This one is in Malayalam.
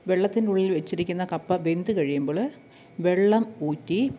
വെള്ളത്തിനുള്ളിൽ വെച്ചിരിക്കുന്ന കപ്പ വെന്തു കഴിയുമ്പോൾ വെള്ളം ഊറ്റി